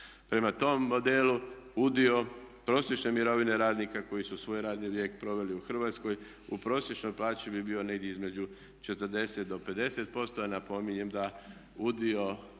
Prema tom modelu udio prosječne mirovine radnika koji su svoj radni vijek proveli u Hrvatskoj u prosječnoj plaći bi bio negdje između 40 i 50% a napominjem da udio